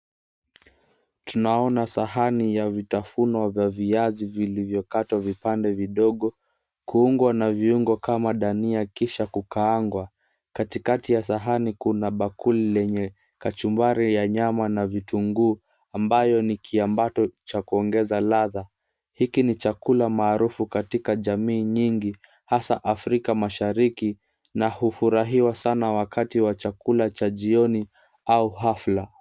Tunaona sahani ya vitafunwa vya viazi vilivyokatwa vipande vidogo, kuungwa na viungo kama dania kisha kukaangwa. Katikati ya sahani kuna bakuli lenye kachumbari ya nyama na vitunguu ambayo ni kiambato cha kuongeza ladha. Hiki ni chakula maarufu katika jamii nyingi hasa Afrika Mashariki na hufurahiwa sana wakati wa chakula cha jioni au hafla.